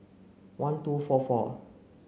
one two four four